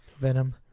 Venom